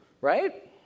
right